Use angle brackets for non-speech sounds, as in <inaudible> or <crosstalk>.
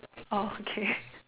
oh okay <laughs>